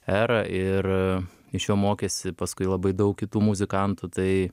erą ir iš jo mokėsi paskui labai daug kitų muzikantų tai